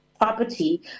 Property